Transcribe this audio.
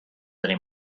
eddie